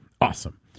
Awesome